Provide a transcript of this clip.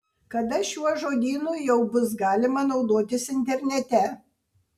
kada šiuo žodynu jau bus galima naudotis internete